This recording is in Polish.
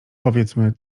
powiedzmy